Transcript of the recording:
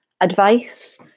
advice